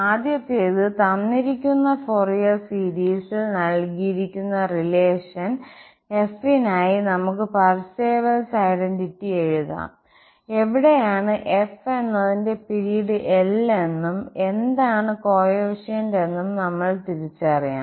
ആദ്യത്തേത് തന്നിരിക്കുന്ന ഫോറിയർ സീരീസിൽ നൽകിയിരിക്കുന്ന റിലേഷൻ f നായി നമുക്ക് പർസേവൽസ് ഐഡന്റിറ്റി എഴുതാം എവിടെയാണ് f എന്നതിന്റെ പിരീഡ് L എന്നും എന്താണ് കോഎഫിഷ്യന്റ് എന്നും നമ്മൾ തിരിച്ചറിയണം